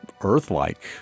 Earth-like